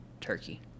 Turkey